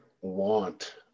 want